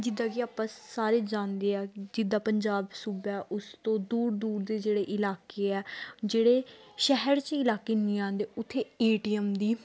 ਜਿੱਦਾਂ ਕਿ ਆਪਾਂ ਸਾਰੇ ਜਾਣਦੇ ਹਾਂ ਜਿੱਦਾਂ ਪੰਜਾਬ ਸੂਬਾ ਉਸ ਤੋਂ ਦੂਰ ਦੂਰ ਦੇ ਜਿਹੜੇ ਇਲਾਕੇ ਆ ਜਿਹੜੇ ਸ਼ਹਿਰ 'ਚ ਇਲਾਕੇ ਨਹੀਂ ਆਉਂਦੇ ਉੱਥੇ ਏ ਟੀ ਐਮ ਦੀ